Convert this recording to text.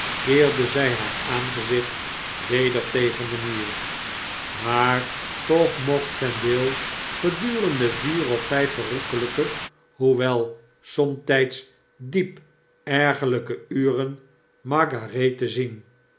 keerde zy haar aangezicht weder tegen den muur maar toch mocht vendale gedurende vier of vyf verrukkelpe hoewel somtijds diep ergerlyke uren margarethe zien